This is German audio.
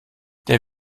der